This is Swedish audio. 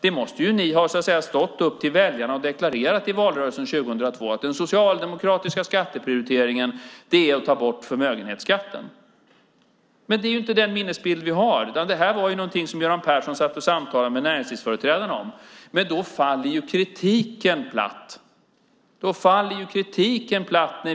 Ni måste ha stått upp och deklarerat för väljarna i valrörelsen 2002 att den socialdemokratiska skatteprioriteringen var att ta bort förmögenhetsskatten. Men det är inte den minnesbild vi har. Det här var någonting som Göran Persson satt och samtalade med näringslivsföreträdarna om. Men då faller ju kritiken platt!